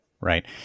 Right